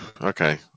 Okay